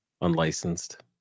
unlicensed